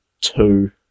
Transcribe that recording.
two